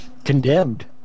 Condemned